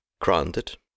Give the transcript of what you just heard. Granted